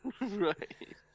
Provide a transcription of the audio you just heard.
right